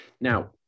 now